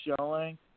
showing